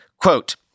Quote